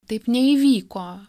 taip neįvyko